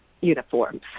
uniforms